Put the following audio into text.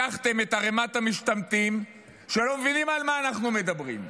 לקחתם את ערימת המשתמטים שלא מבינים על מה אנחנו מדברים,